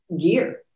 gear